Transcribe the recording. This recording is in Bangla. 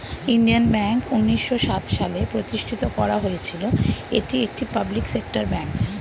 ইন্ডিয়ান ব্যাঙ্ক উন্নিশো সাত সালে প্রতিষ্ঠিত করা হয়েছিল, এটি একটি পাবলিক সেক্টর ব্যাঙ্ক